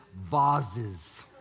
vases